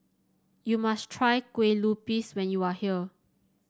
you must try Kue Lupis when you are here